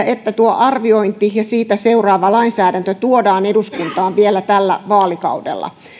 että tuo arviointi tehdään ja siitä seuraava lainsäädäntö tuodaan eduskuntaan vielä tällä vaalikaudella